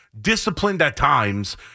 disciplined-at-times